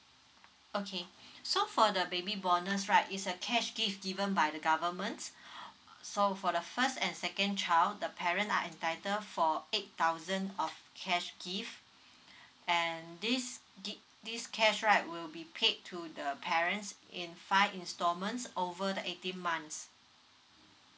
okay so for the baby bonus right it's a cash gift given by the governments so for the first and second child the parent are entitled for eight thousand of cash gift and this gi~ this cash right will be paid to the parents in five instalments over the eighteen months